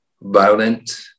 violent